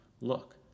Look